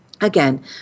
Again